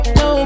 no